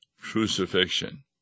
crucifixion